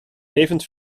levend